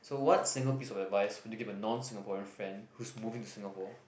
so what single piece of advice would you give a non Singaporean friend who's moving to Singapore